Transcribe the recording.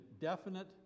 definite